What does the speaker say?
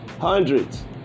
Hundreds